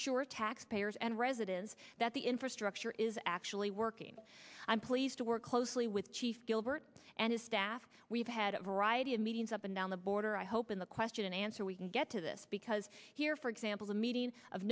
assure taxpayers and residents that the infrastructure is actually working i'm pleased to work closely with chief gilbert and his staff we've had a variety of meetings up and down the border i hope in the question and answer we can get to this because here for example a meeting of